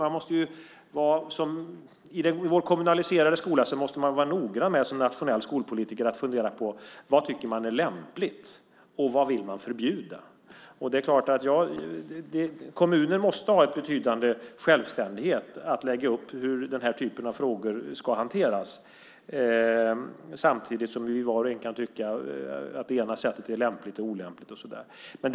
I vår kommunaliserade skola måste vi som nationella skolpolitiker vara noggranna och fundera på vad man tycker är lämpligt och vad man vill förbjuda. Det är klart att kommunen måste ha en betydande självständighet att lägga upp hur den här typen av frågor ska hanteras. Samtidigt kan var och en tycka att det ena sättet är lämpligt och det andra olämpligt.